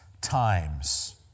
times